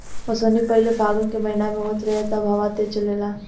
ओसौनी पहिले फागुन के महीना में होत रहे तब हवा तेज़ चलेला